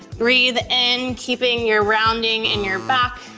breathe in, keeping your rounding in your back.